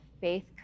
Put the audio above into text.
faith